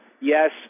yes